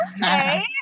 okay